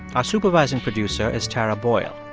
our supervising producer is tara boyle.